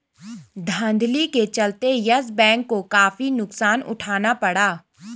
धांधली के चलते यस बैंक को काफी नुकसान उठाना पड़ा